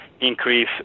increase